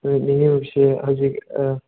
ꯍꯣꯏ ꯍꯧꯖꯤꯛ